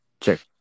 Check